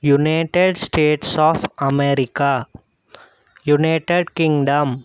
United States of America United Kingdom